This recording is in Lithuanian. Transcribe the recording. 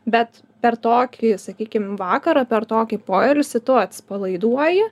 bet per tokį sakykim vakarą per tokį poilsį tu atsipalaiduoji